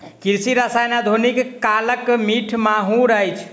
कृषि रसायन आधुनिक कालक मीठ माहुर अछि